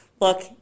look